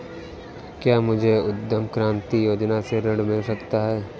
क्या मुझे उद्यम क्रांति योजना से ऋण मिल सकता है?